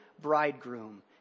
bridegroom